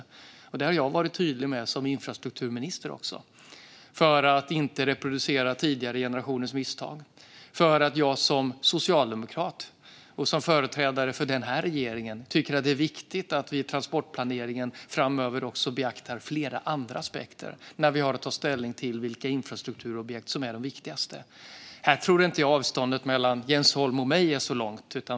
Detta har jag också varit tydlig med som infrastrukturminister, för att inte reproducera tidigare generationers misstag och för att jag som socialdemokrat och företrädare för den här regeringen tycker att det är viktigt att vi i transportplaneringen framöver också beaktar flera andra aspekter när vi har att ta ställning till vilka infrastrukturobjekt som är de viktigaste. Här tror jag inte att avståndet mellan Jens Holm och mig är så stort.